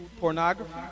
pornography